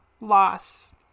loss